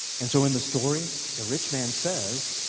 and so in the story the rich man says,